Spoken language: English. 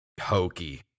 hokey